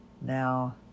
Now